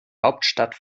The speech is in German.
hauptstadt